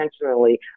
intentionally